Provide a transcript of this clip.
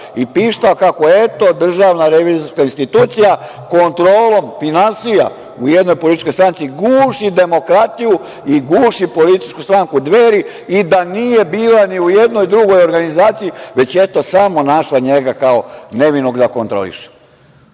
i pištao kako DRI kontrolom finansija u jednoj političkoj stranci guši demokratiju i guši političku stranku Dveri i da nije bila ni u jednoj drugoj organizaciji već je eto samo našla njega kao nevinog da kontroliše. Imajući